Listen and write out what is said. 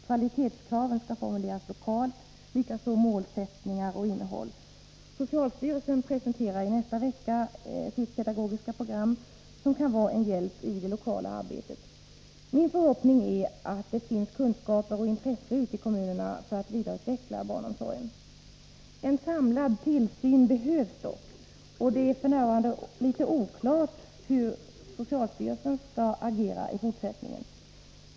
Kvalitetskraven skall formuleras lokalt, likaså målsättningar och innehåll. Socialstyrelsen presenterar i nästa vecka sitt pedagogiska program, som kan vara till hjälp i det lokala arbetet. Min förhoppning är att det finns kunskap och intresse ute i kommunerna för att vidareutveckla barnomsorgen. En samlad tillsyn behövs dock, och det är f. n. litet oklart hur socialstyrelsen skall agera i fortsättningen.